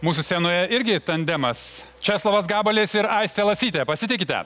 mūsų scenoje irgi tandemas česlovas gabalis ir aistė lasytė pasitikite